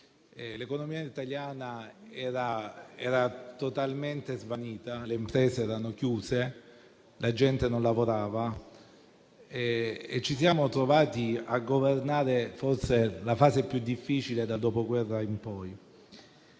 L'economia italiana era totalmente svanita, le imprese erano chiuse, la gente non lavorava; ci siamo trovati a governare forse la fase più difficile dal Dopoguerra in poi.